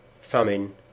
famine